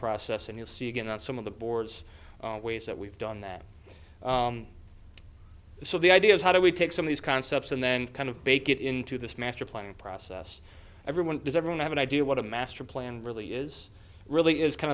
process and you'll see again that some of the boards ways that we've done that so the idea is how do we take some of these concepts and then kind of bake it into this master plan process everyone does everyone have an idea what a master plan really is really is kind